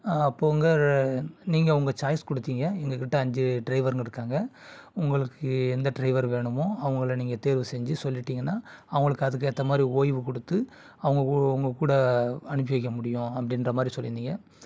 அப்போது உங்கள் நீங்கள் உங்கள் சாய்ஸ் கொடுத்திங்க எங்கக்கிட்டே அஞ்சு டிரைவருங்க இருக்காங்க உங்களுக்கு எந்த ட்ரைவர் வேணுமோ அவங்கள நீங்கள் தேர்வு செஞ்சு சொல்லிட்டிங்கன்னா அவங்களுக்கு அதுக்கேற்ற மாதிரி ஓய்வு கொடுத்து அவங்க உங்கக்கூட அனுப்பி வைக்கமுடியும் அப்படின்ற மாதிரி சொல்லியிருந்திங்க